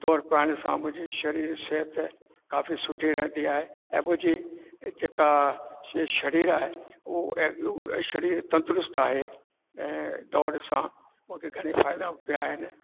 दौड़ पाइण सां मुंहिंजो शरीर सिहत काफ़ी सुठी रहंदी आहे ऐं मुंहिंजी जेका इहा शरीर आहे उहो तंदरुस्त आहे दौड़ सां मूंखे घणे ई फ़ाइदा पिया आहिनि